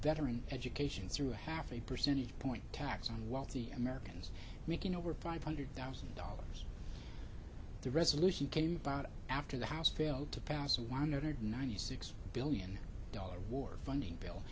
veteran education through half a percentage point tax on wealthy americans making over five hundred thousand dollars the resolution came about after the house failed to pass a one hundred ninety six billion dollars war funding bill